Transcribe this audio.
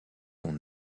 vont